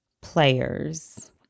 players